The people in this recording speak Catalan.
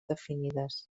definides